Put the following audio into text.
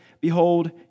behold